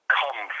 come